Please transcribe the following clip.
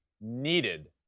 needed